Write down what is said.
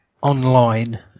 online